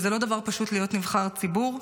וזה לא דבר פשוט להיות נבחר ציבור.